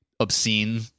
Obscene